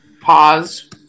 pause